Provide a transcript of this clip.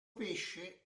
pesce